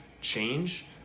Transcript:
change